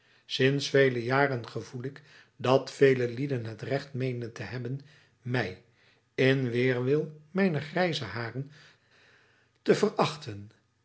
sinds vele jaren gevoel ik dat vele lieden het recht meenen te hebben mij in weerwil mijner grijze haren te verachten